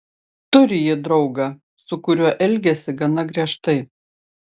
turi ji draugą su kuriuo elgiasi gana griežtai